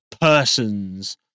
persons